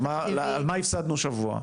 נו, אז למה הפסדנו שבוע?